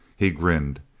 he grinned.